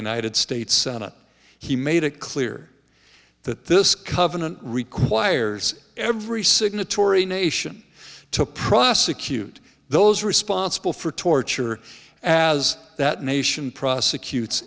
united states senate he made it clear that this covenant requires every signatory nation to prosecute those responsible for torture as that nation prosecute